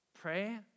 Pray